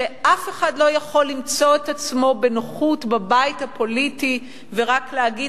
שאף אחד לא יכול למצוא את עצמו בנוחות בבית הפוליטי ורק להגיד: